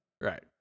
Right